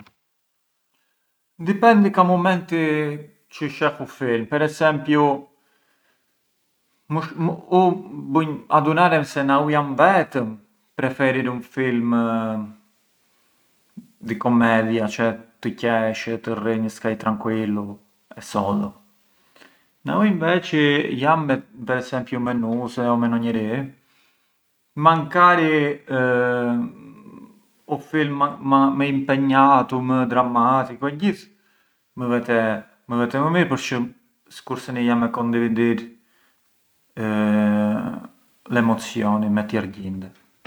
Na pincar u blu scuru më vjen ment per esempiu kur isht e zë fill e ngriset, çë ë qiellja… ish celesti e dal e dal bunet blu scuru, njera çë ngë bunet e zezë.